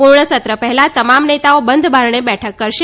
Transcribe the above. પૂર્ણ સત્ર પહેલાં તમામ નેતાઓ બંધ બારણે બેઠક કરશે